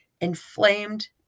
inflamed